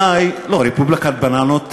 רפובליקת בננות כמטפורה.